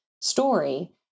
story